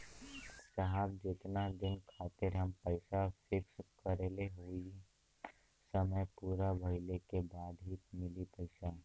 साहब जेतना दिन खातिर हम पैसा फिक्स करले हई समय पूरा भइले के बाद ही मिली पैसा?